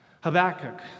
Habakkuk